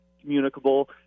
communicable